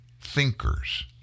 thinkers